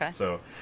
Okay